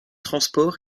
transports